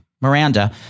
Miranda